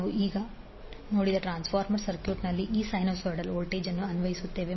ನಾವು ಈಗ ನೋಡಿದ ಟ್ರಾನ್ಸ್ಫಾರ್ಮರ್ ಸರ್ಕ್ಯೂಟ್ನಲ್ಲಿ ಈ ಸೈನುಸೈಡಲ್ ವೋಲ್ಟೇಜ್ ಅನ್ನು ಅನ್ವಯಿಸುತ್ತೇವೆ